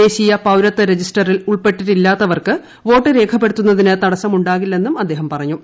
ദേശീയ പൌരത്വ രജിസ്റ്ററിൽ ഉൾപ്പെട്ടിട്ടില്ലാത്തവർക്ക് വോട്ട് രേഖപ്പെടുത്തുന്നതിന് തടസ്സം ഉണ്ടാകില്ലെന്നും അദ്ദേഹം പറഞ്ഞു